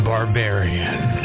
Barbarian